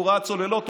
הוא ראה צוללות.